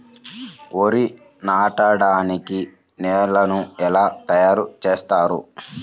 వరి నాటడానికి నేలను ఎలా తయారు చేస్తారు?